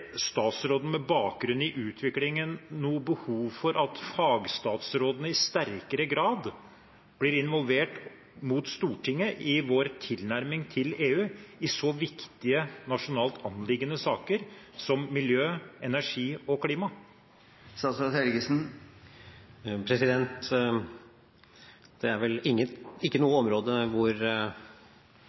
statsråden med bakgrunn i utviklingen noe behov for at fagstatsrådene i sterkere grad blir involvert inn mot Stortinget i vår tilnærming til EU i så viktig nasjonalt anliggende saker som miljø, energi og klima? Det er vel ikke noe område hvor